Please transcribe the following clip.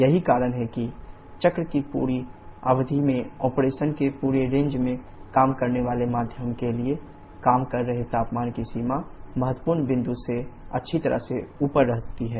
यही कारण है कि चक्र की पूरी अवधि में ऑपरेशन की पूरी रेंज में काम करने वाले माध्यम के लिए काम कर रहे तापमान की सीमा महत्वपूर्ण बिंदु से अच्छी तरह से ऊपर रहती है